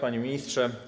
Panie Ministrze!